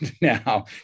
now